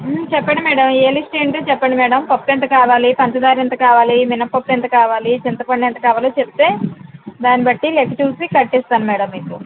చెప్పండి మేడం ఏ లిస్ట్ ఏంటో చెప్పండి మేడం పప్పెంత కావాలి పంచదార ఎంత కావాలి మినపప్పు ఎంత కావాలి చింతపండు ఎంత కావాలి చెప్తే దాన్ని బట్టి లెక్క చూసి కట్టిస్తాను మేడం మీకు